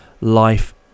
life